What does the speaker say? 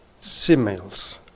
similes